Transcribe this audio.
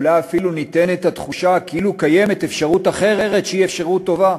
אולי אפילו ניתנת התחושה כאילו קיימת אפשרות אחרת שהיא אפשרות טובה.